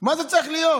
מה זה צריך להיות?